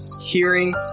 hearing